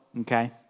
okay